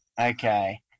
Okay